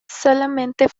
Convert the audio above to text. solamente